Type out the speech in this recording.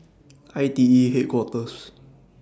I T E Headquarters